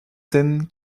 scènes